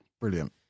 Brilliant